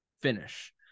finish